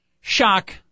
shock